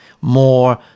more